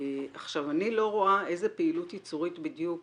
אני לא רואה איזו פעילות ייצורית בדיוק